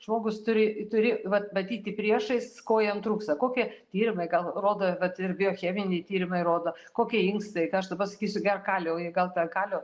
žmogus turi turi vat matyti priešais ko jam trūksta kokie tyrimai gal rodo vat ir biocheminiai tyrimai rodo kokie inkstai kai aš tau pasakysiu gerk kalį o jai gal ten kalio